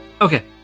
Okay